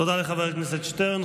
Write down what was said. תודה לחבר הכנסת שטרן.